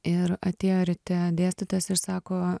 ir atėjo ryte dėstytojas ir sako